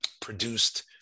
produced